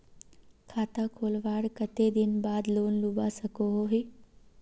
खाता खोलवार कते दिन बाद लोन लुबा सकोहो ही?